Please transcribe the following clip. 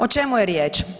O čemu je riječ?